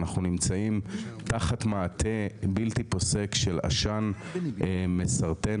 אנחנו תחת מעטה בלתי פוסק של עשן מסרטן.